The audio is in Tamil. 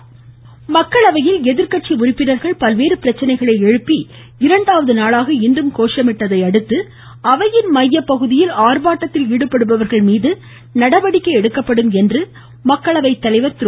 மக்களவை மக்களவையில் எதிர்கட்சி உறுப்பினர்கள் பல்வேறு பிரச்சினைகளை எழுப்பி இரண்டாவது நாளாக இன்றும் கோஷமிட்டதை அடுத்து அவையின் மையப்பகுதியில் ஆர்ப்பாட்டத்தில் ஈடுப்டுபவர்கள் மீது நடவடிக்கை எடுக்கப்படும் என்று மக்களவைத்தலைவர் திரு